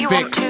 Fix